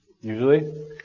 usually